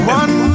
one